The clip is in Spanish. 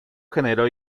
generó